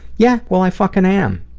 yeah? well i fucking am.